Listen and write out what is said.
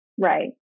Right